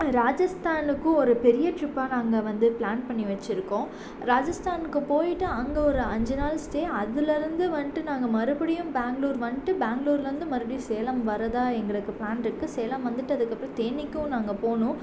ராஜஸ்தானுக்கும் ஒரு பெரிய ட்ரிப்பாக நாங்கள் வந்து பிளான் பண்ணி வச்சுருக்கோம் ராஜஸ்தானுக்கு போய்ட்டு அங்கே ஒரு அஞ்சு நாள் ஸ்டே அதுலேருந்து வந்துட்டு நாங்கள் மறுபடியும் பேங்களூர் வந்துட்டு பெங்களூர்லருந்து மறுபடியும் சேலம் வர்றதா எங்களுக்கு பிளான் இருக்கு சேலம் வந்துவிட்டு அதுக்கப்பறம் தேனிக்கும் நாங்கள் போகணும்